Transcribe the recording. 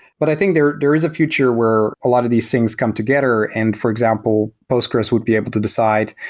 but i think there there is a future where a lot of these things come together. and for example, postgres would be able to decide,